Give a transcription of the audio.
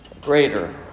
greater